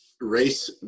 race